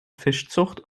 fischzucht